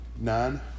None